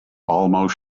almost